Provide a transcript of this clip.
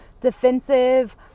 defensive